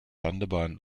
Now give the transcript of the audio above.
landebahn